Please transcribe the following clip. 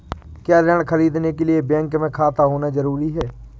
क्या ऋण ख़रीदने के लिए बैंक में खाता होना जरूरी है?